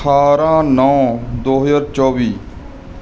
ਅਠਾਰਾਂ ਨੌਂ ਦੋ ਹਜ਼ਾਰ ਚੌਵੀ